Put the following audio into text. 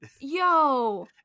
Yo